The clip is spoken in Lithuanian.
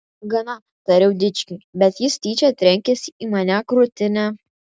gana tariau dičkiui bet jis tyčia trenkėsi į mane krūtine